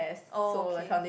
oh okay